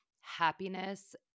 happiness